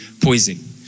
poison